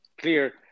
clear